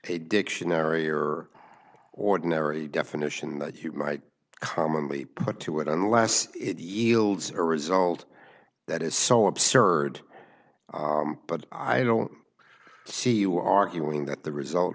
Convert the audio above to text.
a dictionary or ordinary definition that you might commonly put to it unless it yields a result that is so absurd but i don't see you arguing that the result